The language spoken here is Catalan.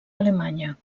alemanya